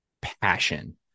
passion